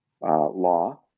law